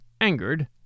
angered